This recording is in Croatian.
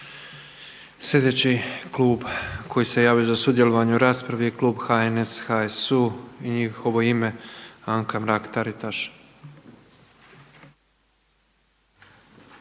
Sljedeći klub koji se javio za sudjelovanje u raspravi je klub HNS, HSU i u njihovo ime Anka Mrak-Taritaš.